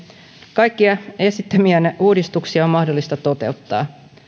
kaikki esittämämme uudistukset on mahdollista toteuttaa